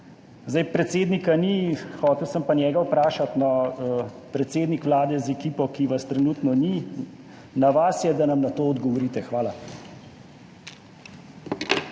Predsednika ni, hotel sem pa njega vprašati. Predsednik Vlade z ekipo, ki vas trenutno ni, na vas je, da nam na to odgovorite. Hvala.